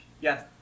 Yes